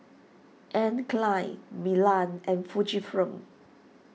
Anne Klein Milan and Fujifilm